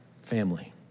family